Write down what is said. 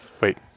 Wait